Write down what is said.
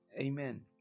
amen